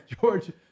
George